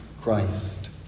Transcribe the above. Christ